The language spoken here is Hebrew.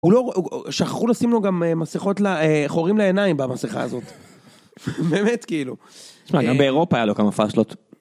הוא לא, שכחו לשים לו גם, מסכות, חורים לעיניים במסכה הזאת. באמת כאילו. גם באירופה היה לו כמה פשלות.